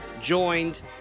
joined